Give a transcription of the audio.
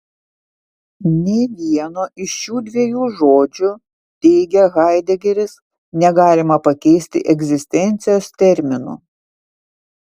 nė vieno iš šių dviejų žodžių teigia haidegeris negalima pakeisti egzistencijos terminu